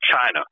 China